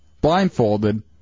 blindfolded